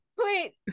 Wait